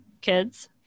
kids